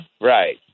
right